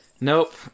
Nope